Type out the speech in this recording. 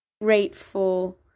grateful